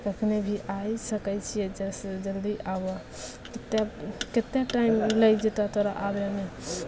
कखनहु भी आइ सकै छिए जइसे जरूरी आबऽ तब कतेक कतेक टाइम लागि जेतऽ तोरा आबैमे